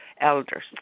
elders